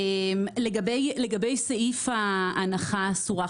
לגבי סעיף ההנחה האסורה.